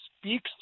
speaks